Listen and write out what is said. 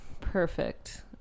perfect